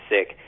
sick